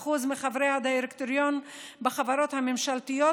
46% מחברי הדירקטוריון בחברות הממשלתיות,